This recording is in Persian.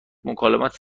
مکالمات